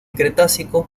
cretácico